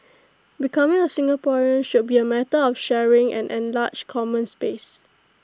becoming A Singaporean should be A matter of sharing an enlarged common space